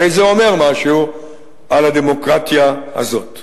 הרי זה אומר משהו על הדמוקרטיה הזאת.